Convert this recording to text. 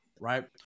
right